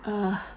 ugh